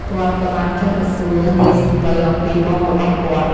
គាត់ក៏បានចុះទៅសួរនាយសំពៅអំពីបងរបស់គាត់។